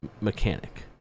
mechanic